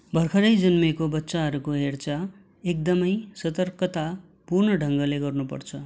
भर्खरै जन्मेको बच्चाहरूको हेरचाह एकदमै सतर्कतापूर्ण ढङ्गले गर्नु पर्छ